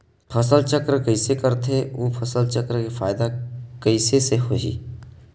फसल चक्र कइसे करथे उ फसल चक्र के फ़ायदा कइसे से होही?